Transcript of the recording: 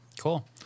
Cool